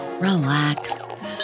relax